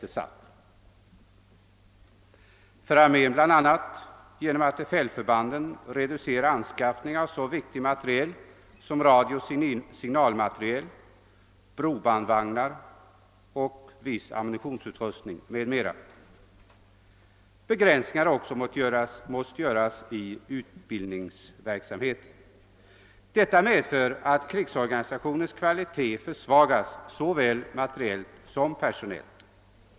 Så är fallet för armén, bl.a. genom att man för fältförbandens del reducerar anskaffningen av så viktig materiel som radiooch signalmateriel, brobandvagnar, erforderlig ammunitionsutrustning m.m. Begränsningar har också måst göras i utbildningsverksamheten. Detta medför att krigsorganisationens kvalitet försvagas såväl materiellt som personellt.